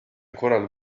korral